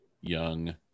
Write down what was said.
young